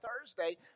Thursday